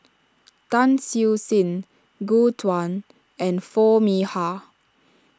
Tan Siew Sin Gu Juan and Foo Mee Har